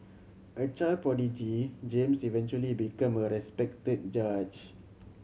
a child prodigy James eventually become a respected judge